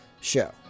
show